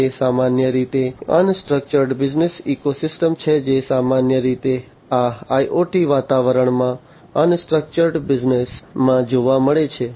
તે સામાન્ય રીતે અનસ્ટ્રક્ચર્ડ બિઝનેસ ઇકોસિસ્ટમ્સ છે જે સામાન્ય રીતે આ IoT વાતાવરણમાં અનસ્ટ્રક્ચર્ડ બિઝનેસ ઇકોસિસ્ટમ્સમાં જોવા મળે છે